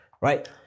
right